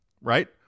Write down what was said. right